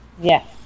Yes